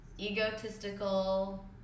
egotistical